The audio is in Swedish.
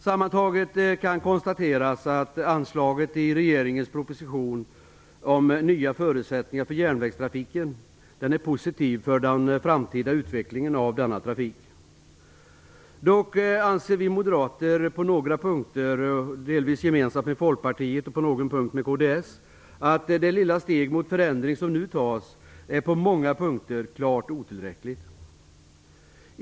Sammantaget kan det konstateras att anslaget i regeringens proposition om nya förutsättningar för järnvägstrafiken är positivt för den framtida utvecklingen av denna trafik. Dock anser vi moderater på några punkter - delvis gemensamt med Folkpartiet och på någon punkt med kds - att det lilla steg mot förändring som nu tas på många punkter är klart otillräckligt.